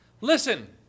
listen